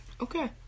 Okay